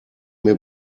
mir